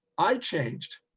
i changed.